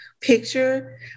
picture